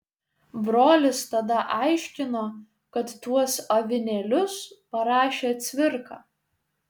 brolis tada aiškino kad tuos avinėlius parašė cvirka